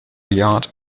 yard